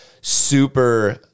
super